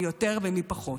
מי יותר ומי פחות.